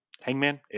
Hangman